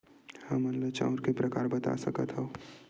हमन ला चांउर के प्रकार बता सकत हव?